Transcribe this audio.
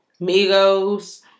Migos